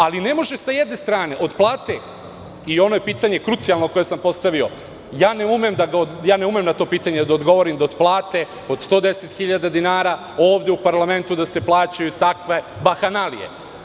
Ali, ne može sa jedne strane od plate, i ovo je krucijalno pitanje koje sam postavio, i ja ne umem na to pitanje da odgovorim, da od plate od 110.000 dinara ovde u parlamentu da se plaćaju takve bahanalije.